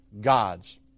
gods